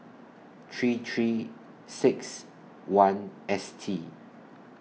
three three six one S T